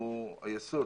הוא היסוד